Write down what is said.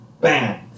Bam